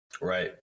right